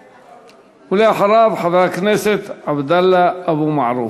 ואחריו, חבר הכנסת עבדאללה אבו מערוף.